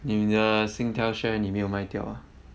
你的 singtel share 你没有卖掉啊